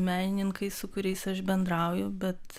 menininkai su kuriais aš bendrauju bet